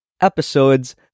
episodes